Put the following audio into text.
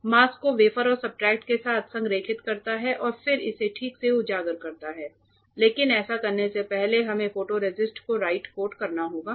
यह मास्क को वेफर या सब्सट्रेट के साथ संरेखित करता है और फिर इसे ठीक से उजागर करता है लेकिन ऐसा करने से पहले हमें फोटोरेसिस्ट को राइट कोट करना होगा